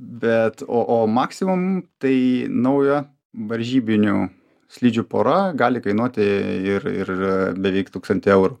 bet o o maksimum tai nauja varžybinių slidžių pora gali kainuoti ir ir beveik tūkstantį eurų